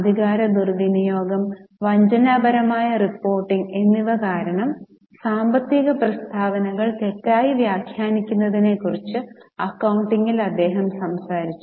അധികാര ദുർവിനിയോഗം വഞ്ചനാപരമായ റിപ്പോർട്ടിംഗ് എന്നിവ കാരണം സാമ്പത്തിക പ്രസ്താവനകൾ തെറ്റായി വ്യാഖ്യാനിക്കുന്നതിനെക്കുറിച്ച് അക്കൌണ്ടിങ്ങിൽ അദ്ദേഹം സംസാരിച്ചു